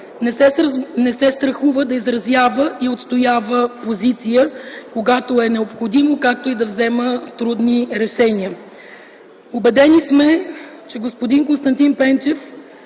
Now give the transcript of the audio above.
не се страхува да изразява и отстоява позиция, когато е необходимо, както и да взема трудни решения. Убедени сме, че господин Константин Пенчев